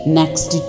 next